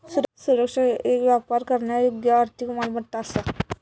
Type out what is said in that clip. सुरक्षा ह्यो येक व्यापार करण्यायोग्य आर्थिक मालमत्ता असा